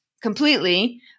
completely